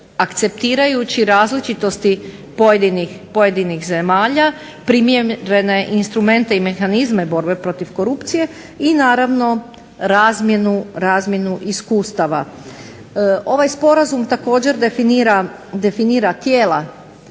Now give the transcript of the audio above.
akceptirajući različitosti pojedinih zemalja, primjerene instrumente i mehanizme borbe protiv korupcije i naravno razmjenu iskustava. Ovaj sporazum također definira tijela